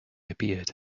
appeared